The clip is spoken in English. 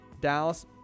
Dallas